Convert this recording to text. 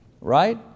right